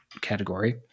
category